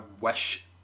wish